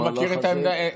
אני מכיר את העמדה,